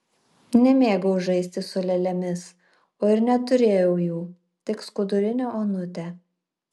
nemėgau žaisti su lėlėmis o ir neturėjau jų tik skudurinę onutę